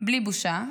בלי בושה,